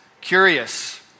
curious